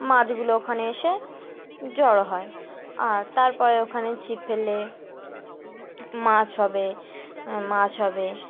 মাছগুলো ওখানে এসে জড়ো হয় আর তারপরে ওখানে ছিপ ফেলে মাছ হবে মাছ হবে